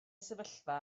sefyllfa